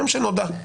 מיום שנודע.